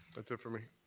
that's it for me.